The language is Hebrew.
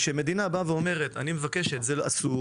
בדיוק